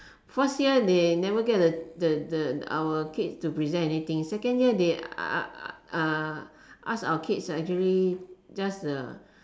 first year they never get the the the our kids to present anything second year they ask our kids actually just